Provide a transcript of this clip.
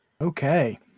Okay